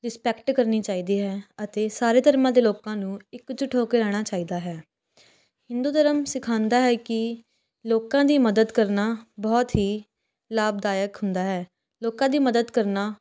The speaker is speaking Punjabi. ਰਿਸਪੈਕਟ ਕਰਨੀ ਚਾਹੀਦੀ ਹੈ ਅਤੇ ਸਾਰੇ ਧਰਮਾਂ ਦੇ ਲੋਕਾਂ ਨੂੰ ਇੱਕਜੁੱਟ ਹੋ ਕੇ ਰਹਿਣਾ ਚਾਹੀਦਾ ਹੈ ਹਿੰਦੂ ਧਰਮ ਸਿਖਾਉਂਦਾ ਹੈ ਕਿ ਲੋਕਾਂ ਦੀ ਮਦਦ ਕਰਨਾ ਬਹੁਤ ਹੀ ਲਾਭਦਾਇਕ ਹੁੰਦਾ ਹੈ ਲੋਕਾਂ ਦੀ ਮਦਦ ਕਰਨਾ